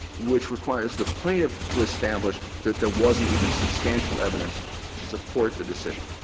which requires the plaintiff to establish that there wasn't even substantial evidence to support the decision.